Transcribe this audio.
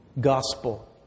gospel